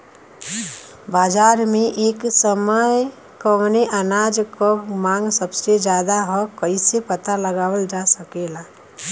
बाजार में एक समय कवने अनाज क मांग सबसे ज्यादा ह कइसे पता लगावल जा सकेला?